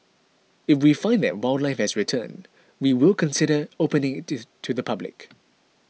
if we find that wildlife has returned we will consider opening this to the public